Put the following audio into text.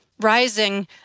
rising